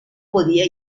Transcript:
podía